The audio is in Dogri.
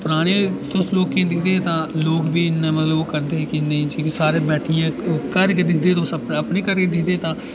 पराने तुस लोकें ई दिखदे हे तां लोक बी इन्ना मतलब ओह् करदे हे कि नेईं जेह्के सारे बैठियै घर गै दिंदे हे तुस अपने अपने घरै ई दिखदे हे तां